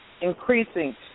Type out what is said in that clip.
increasing